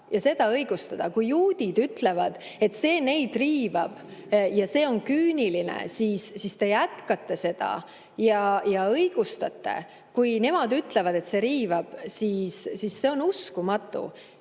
ja seda õigustada? Kui juudid ütlevad, et see neid riivab, et see on küüniline, siis te jätkate seda ja õigustate end. Kui nemad ütlevad, et see riivab neid – see on uskumatu!